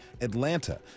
Atlanta